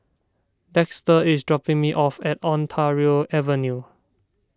Dexter is dropping me off at Ontario Avenue